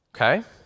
okay